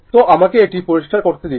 তো আমাকে এটি পরিষ্কার করতে দিন